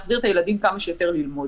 להחזיר את הילדים כמה שיותר ללמוד.